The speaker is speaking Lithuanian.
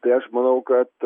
tai aš manau kad